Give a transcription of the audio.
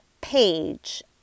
page